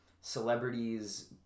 celebrities